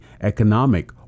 economic